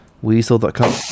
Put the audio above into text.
Weasel.com